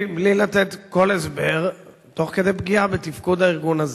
בלי לתת כל הסבר, תוך פגיעה בתפקוד הארגון הזה.